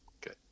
Good